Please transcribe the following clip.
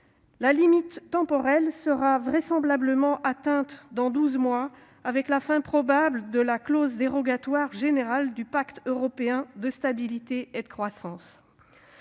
La limite temporelle sera vraisemblablement atteinte dans douze mois, avec la fin probable de la clause dérogatoire générale du pacte de stabilité et de croissance